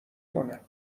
کنه